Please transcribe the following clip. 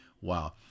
Wow